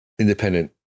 independent